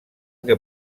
que